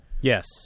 Yes